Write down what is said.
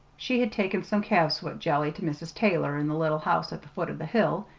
she had taken some calf's-foot jelly to mrs. taylor in the little house at the foot of the hill.